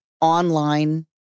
online